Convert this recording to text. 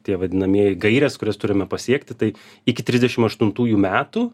tie vadinamieji gairės kurias turime pasiekti tai iki trisdešim aštuntųjų metų